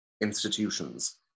institutions